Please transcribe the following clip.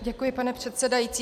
Děkuji, pane předsedající.